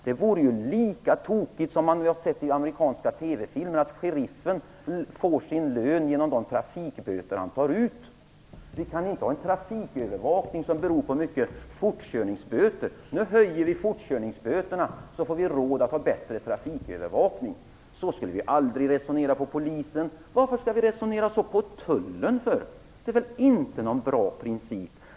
Det vore ju lika tokigt som att låta sheriffen, som man har sett i amerikanska TV filmer, få sin lön genom de trafikböter han tar ut. Vi kan inte ha en trafikövervakning som beror på hur mycket man tar in i fortkörningsböter. "Nu höjer vi fortkörningsböterna, så får vi råd att ha bättre trafikövervakning" - så skulle vi aldrig resonera när det gäller polisens område. Varför skall vi resonera så på tullens område? Det är väl inte någon bra princip!